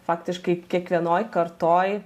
faktiškai kiekvienoj kartoj